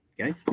Okay